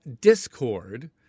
Discord